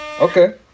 Okay